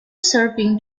serving